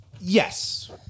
Yes